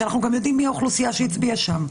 ואנחנו יודעים גם מי האוכלוסייה שהצביעה שם.